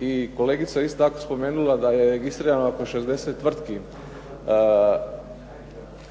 I kolegica je isto tako spomenula da je registrirano oko 60 tvrtki.